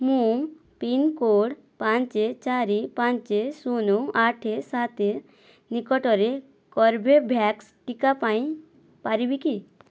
ମୁଁ ପିନ୍କୋଡ଼୍ ପାଞ୍ଚ ଚାରି ପାଞ୍ଚ ଶୂନ ଆଠ ସାତ ନିକଟରେ କର୍ବେଭ୍ୟାକ୍ସ ଟିକା ପାଇପାରିବି କି